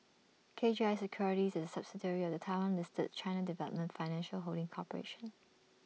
K G I securities is A subsidiary of the Taiwan listed China development financial holding corporation